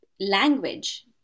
language